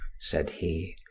said he,